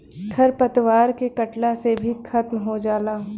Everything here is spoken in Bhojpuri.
खर पतवार के कटला से भी खत्म हो जाला